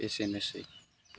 एसेनोसै